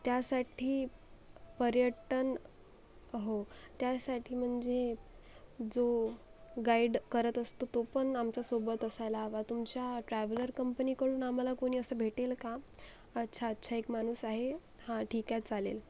त्यासाठी पर्यटन हो त्यासाठी म्हणजे जो गाईड करत असतो तो पण आमच्यासोबत असायला हवा तुमच्या ट्रॅव्हलर कंपनीकडून आम्हाला कोणी असं भेटेल का अच्छा अच्छा एक माणूस आहे हा ठीक आहे चालेल